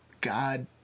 God